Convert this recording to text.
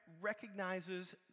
recognizes